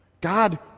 God